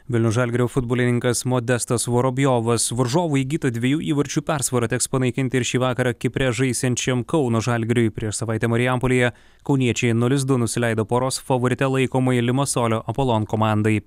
vilniaus žalgirio futbolininkas modestas vorobjovas varžovų įgytą dviejų įvarčių persvarą teks panaikinti ir šį vakarą kipre žaisiančiam kauno žalgiriui prieš savaitę marijampolėje kauniečiai nulis du nusileido poros favorite laikomai limasolio apolon komandai